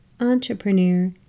entrepreneur